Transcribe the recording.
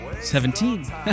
Seventeen